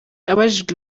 abajijwe